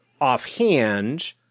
offhand